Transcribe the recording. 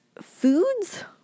foods